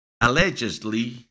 allegedly